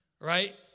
Right